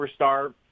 superstar